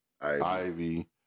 Ivy